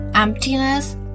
emptiness